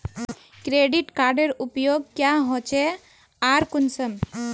Credit कार्डेर उपयोग क्याँ होचे आर कुंसम?